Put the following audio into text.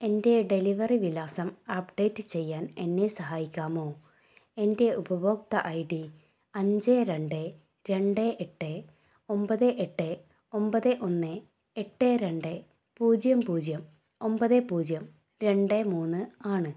എന്റെ ഡെലിവെറി വിലാസം അപ്ഡേറ്റ് ചെയ്യാൻ എന്നെ സഹായിക്കാമോ എന്റെ ഉപഭോക്തൃ ഐ ഡി അഞ്ച് രണ്ട് രണ്ട് എട്ട് ഒമ്പത് എട്ട് ഒമ്പത് ഒന്ന് എട്ട് രണ്ട് പൂജ്യം പൂജ്യം ഒമ്പത് പൂജ്യം രണ്ട് മൂന്ന് ആണ്